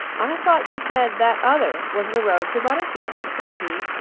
i thought you said that other was the road to butterfield, said he,